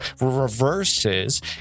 reverses